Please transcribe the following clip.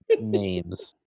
names